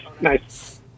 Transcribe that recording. Nice